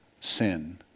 sin